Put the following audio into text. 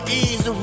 easy